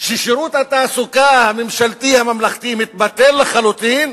ששירות התעסוקה הממשלתי הממלכתי מתבטל לחלוטין,